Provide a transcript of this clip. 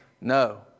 no